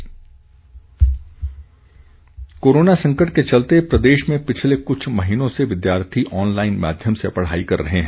online पढ़ाई corona संकट के चलते प्रदेश में पिछले कुछ महीनों से विद्यार्थी ऑनलाइन माध्यम से पढ़ाई कर रहे हैं